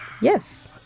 Yes